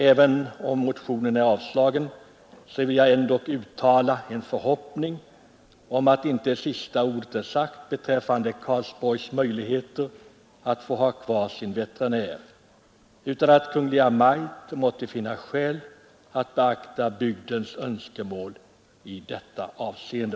Även om motionen har avstyrkts vill jag ändock uttala en förhoppning om att inte sista ordet är sagt beträffande Karlsborgs möjligheter att få ha kvar sin veterinär, utan att Kungl. Maj:t måtte finna skäl att beakta bygdens önskemål i detta avseende.